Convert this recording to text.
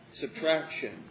subtraction